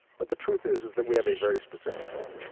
but the truth is is that we have a very specific problem.